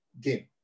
game